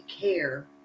care